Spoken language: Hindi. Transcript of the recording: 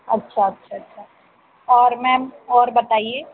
अच्छा अच्छा अच्छा और मैम और बताइए